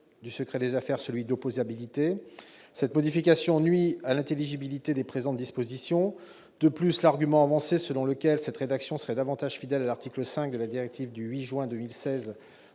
du secret des affaires » celui d'« opposabilité ». Cette modification nuit à l'intelligibilité des présentes dispositions. De plus, l'argument selon lequel cette rédaction serait davantage fidèle à l'article 5 de la directive du 8 juin 2016